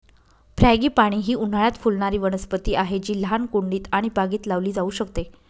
frangipani ही उन्हाळयात फुलणारी वनस्पती आहे जी लहान कुंडीत आणि बागेत लावली जाऊ शकते